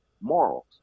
morals